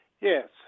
Yes